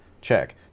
check